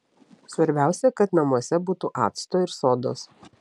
svarbiausia kad namuose būtų acto ir sodos